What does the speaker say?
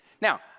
Now